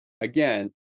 again